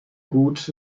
gut